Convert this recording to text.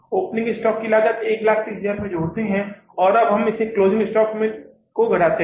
opening stock की लागत को 130000 रुपये जोड़ते हैं और अब इस में से क्लोजिंग स्टॉक घटाते है